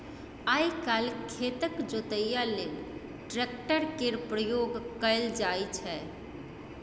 आइ काल्हि खेतक जोतइया लेल ट्रैक्टर केर प्रयोग कएल जाइ छै